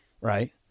right